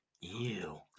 Ew